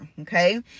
okay